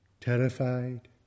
Terrified